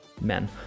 men